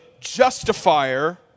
justifier